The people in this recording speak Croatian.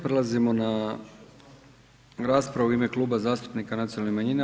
Prelazimo na raspravu u ime Kluba zastupnika nacionalnih manjina.